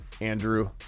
Andrew